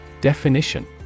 Definition